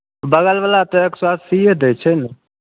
बगल बला तऽ एक सए अस्सिये दै छै ने